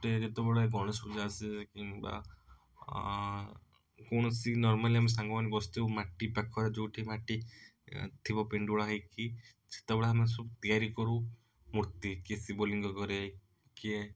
କେତେବେଳେ ଗଣେଶ ପୂଜା ଆସେ କିମ୍ବା କୌଣସି ନର୍ମାଲି ଆମ ସାଙ୍ଗମାନେ ବସିଥିବୁ ମାଟି ପାଖରେ ଯେଉଁଠି ମାଟି ଥିବ ପିଣ୍ଡୁଳା ହେଇକି ସେତେବେଳେ ଆମେ ସବୁ ତିଆରି କରୁ ମୂର୍ତ୍ତି କିଏ ଶିବଲିଙ୍ଗ କରେ କିଏ